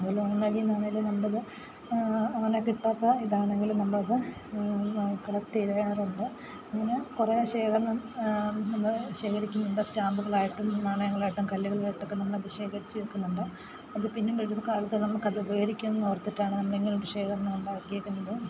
അതുപോലെ ഓൺലൈനിൽ നിന്നാണെങ്കിലും നമ്മളത് അങ്ങനെ കിട്ടാത്ത ഇതാണെങ്കിൽ നമ്മളത് വാങ്ങി കളക്ട് ചെയ്യാറുണ്ട് അങ്ങനെ കുറേ ശേഖരണം നമ്മൾ ശേഖരിക്കുന്നുണ്ട് ഇപ്പം സ്റ്റാമ്പുകളായിട്ടും നാണയങ്ങളായിട്ടും കല്ലുകൾ ആയിട്ടൊക്കെ നമ്മൾ ശേഖരിച്ചു വെക്കുന്നുണ്ട് അത് പിന്നെ ഒരുകാലത്ത് നമുക്ക് അത് ഉപകരിക്കുമെന്ന് ഓർത്തിട്ടാണ് നമ്മൾ ഇങ്ങനൊരു ശേഖരണം ഉണ്ടാക്കിയേക്കുന്നത്